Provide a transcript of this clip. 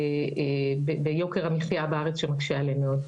ועלייה ביוקר המחייה בארץ שמקשה עליהם מאוד.